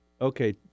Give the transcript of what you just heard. Okay